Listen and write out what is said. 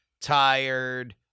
tired